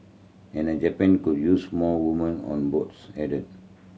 and Japan could use more woman on boards added